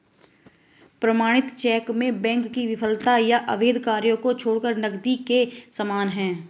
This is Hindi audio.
प्रमाणित चेक में बैंक की विफलता या अवैध कार्य को छोड़कर नकदी के समान है